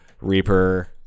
Reaper